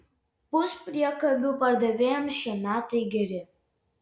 puspriekabių pardavėjams šie metai geri